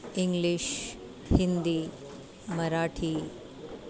English Hindi Marathi